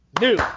New